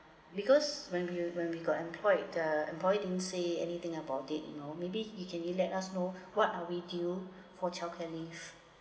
because when we when we got employed the employer didn't say anything about it you know maybe he can le~ let us know what are we due for childlcare leave